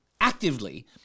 actively